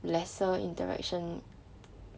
lesser interaction